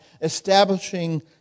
establishing